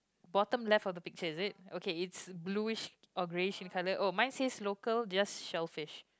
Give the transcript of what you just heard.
bottom left of the picture is it okay it's bluish or greyish in colour oh mine says local just shellfish